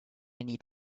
need